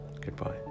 Goodbye